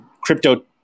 crypto